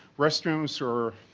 restrooms are